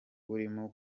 urimo